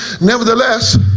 Nevertheless